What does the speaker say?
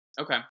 Okay